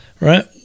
Right